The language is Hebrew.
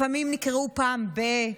לפעמים נקראו פעם ב-.